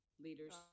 leaders